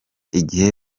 igihe